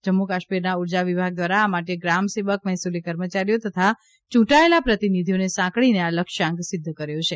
જમ્મુ કાશ્મીરના ઉર્જા વિભાગ દ્વારા આ માટે ગ્રામ સેવક મહેસુલી કર્મચારીઓ તથા યુંટાયેલા પ્રતિનિધિઓને સાંકળીને આ લક્ષ્યાંક સિધ્ધ કર્યો છે